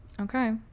Okay